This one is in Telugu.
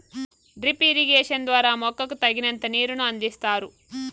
డ్రిప్ ఇరిగేషన్ ద్వారా మొక్కకు తగినంత నీరును అందిస్తారు